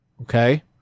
Okay